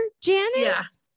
Janice